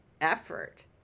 effort